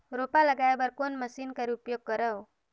रोपा लगाय बर कोन मशीन कर उपयोग करव?